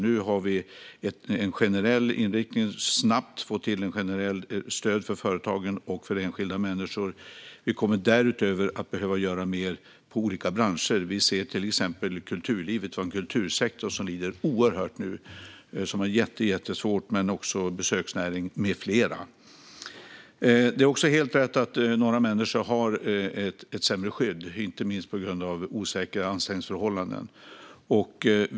Nu har vi snabbt fått till ett generellt stöd för företagen och för enskilda människor. Vi kommer därutöver att behöva göra mer för olika branscher. Vi ser till exempel att kultursektorn lider oerhört och har det jättesvårt. Det gäller även besöksnäringen med flera. Det är också helt rätt att några människor har ett sämre skydd, inte minst på grund av osäkra anställningsförhållanden.